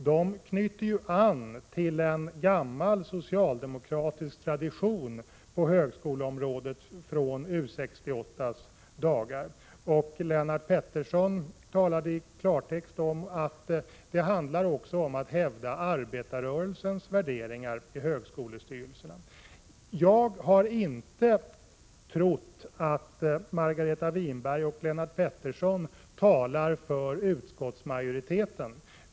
De knyter ju an till en gammal socialdemokratisk tradition på högskoleområdet från U 68:s dagar. Lennart Pettersson talade i klartext om att det också handlar om att hävda arbetarrörelsens värderingar i högskolestyrelserna. Jag har inte trott att Margareta Winberg och Lennart Pettersson talar för utskottsmajoriteten.